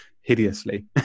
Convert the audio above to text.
hideously